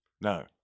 no